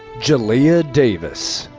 jaliyah davis.